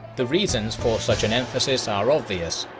the reasons for such an emphasis are obvious,